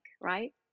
right